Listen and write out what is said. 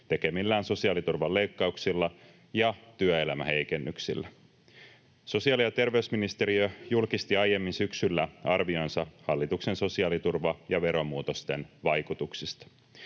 tekemillään sosiaaliturvan leikkauksilla ja työelämäheikennyksillä. Sosiaali- ja terveysministeriö julkisti aiemmin syksyllä arvionsa hallituksen sosiaaliturva- ja veromuutosten vaikutuksista.